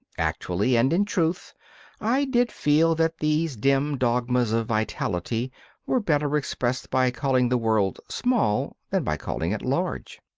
actually and in truth i did feel that these dim dogmas of vitality were better expressed by calling the world small than by calling it large.